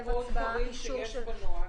--- מחייב הצבעה, אישור של ועדה.